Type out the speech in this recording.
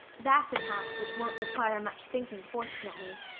that's a task which won't require much thinking fortunately.